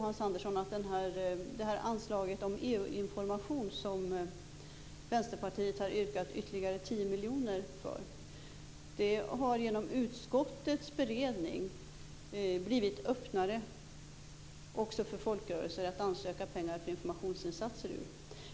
Anslaget till EU-information, där Vänsterpartiet har yrkat ytterligare 10 miljoner, har genom utskottets beredning blivit öppnare för folkrörelser att ansöka pengar för informationsinsatser ur.